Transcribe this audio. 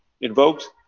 invoked